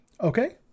okay